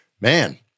man